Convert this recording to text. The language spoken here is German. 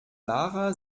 lara